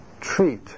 Treat